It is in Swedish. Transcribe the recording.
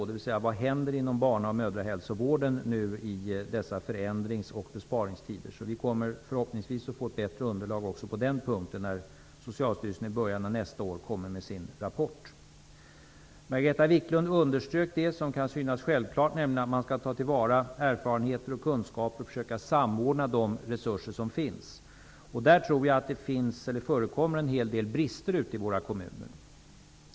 Frågan är alltså: Vad händer inom barna och mödrahälsovården i dessa förändrings och besparingstider? Förhoppningsvis får vi ett bättre underlag också på den punkten när Socialstyrelsen i början av nästa år kommer med sin rapport. Margareta Viklund underströk vad som kan synas självklart, nämligen att man skall ta till vara erfarenheter och kunskaper och försöka samordna de resurser som finns. I det avseeendet tror jag att det finns en hel del brister ute i våra kommuner.